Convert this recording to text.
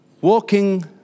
walking